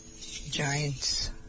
giants